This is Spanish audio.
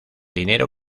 dinero